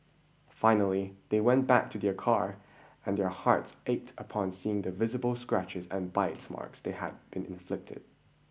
finally they went back to their car and their hearts ached upon seeing the visible scratches and bite marks that had been inflicted